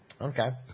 Okay